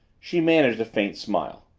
she managed a faint smile.